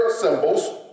symbols